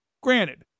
granted